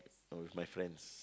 no with my friends